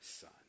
son